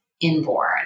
inborn